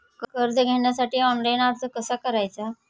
कर्ज घेण्यासाठी ऑनलाइन अर्ज कसा करायचा?